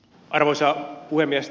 arvoisa puhemies